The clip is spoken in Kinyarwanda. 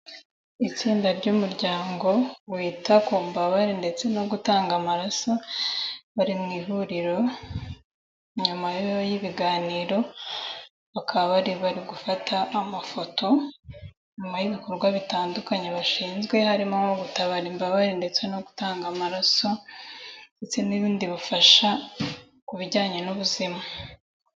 Itsinda ry'umuryango wita kumbababare ndetse no gutanga amaraso, bari mu ihuriro inyuma y'ibiganiro bakaba bari bari gufata amafoto nyuma y'ibikorwa bitandukanye bashinzwe harimo no gutabara imbabare ndetse no gutanga amaraso, ndetse n'ubundi bufasha ku bijyanye n'ubuzima.